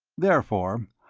therefore,